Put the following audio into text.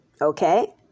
Okay